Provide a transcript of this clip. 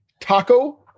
Taco